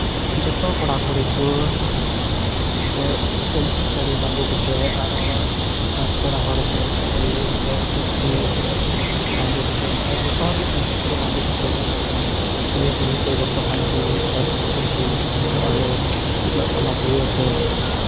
ᱡᱚᱛᱚ ᱠᱚᱲᱟ ᱠᱩᱲᱤ ᱠᱚ ᱮᱱᱛᱮᱫ ᱯᱟᱹᱧᱪᱤ ᱥᱟᱹᱲᱤ ᱵᱟᱸᱫᱮ ᱠᱟᱛᱮᱫ ᱟᱨ ᱦᱚᱲᱟᱜ ᱟᱨ ᱠᱚᱲᱟ ᱦᱚᱲ ᱫᱚ ᱫᱷᱩᱛᱤ ᱮᱱᱛᱮᱫ ᱯᱟᱹᱧᱪᱤ ᱵᱟᱸᱫᱮ ᱠᱟᱛᱮᱫ ᱮᱱᱛᱮᱫ ᱡᱚᱛᱚ ᱦᱚᱲᱜᱮ ᱯᱟᱹᱧᱪᱤ ᱥᱟᱹᱲᱤ ᱵᱟᱸᱫᱮ ᱠᱟᱛᱮᱫ ᱮᱠᱫᱚᱢ ᱠᱩᱞᱦᱤ ᱠᱩᱞᱦᱤᱛᱮ ᱡᱚᱛᱚ ᱦᱟᱱᱟ ᱠᱩᱞᱦᱤ ᱠᱷᱚᱡ ᱱᱤᱭᱟᱹ ᱠᱩᱞᱦᱤ ᱮᱱᱮᱡᱚᱜᱼᱟ ᱞᱮ ᱛᱩᱢᱫᱟᱜ ᱴᱟᱠᱟᱜ ᱨᱩ ᱟᱛᱮᱜ